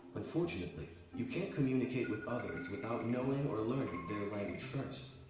unfortunately, you can't communicate with others without knowing or learning their language first.